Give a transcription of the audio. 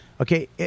Okay